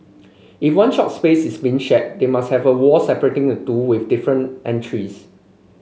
if one shop spaces is being shared they must have a wall separating the two with different entries